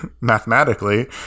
mathematically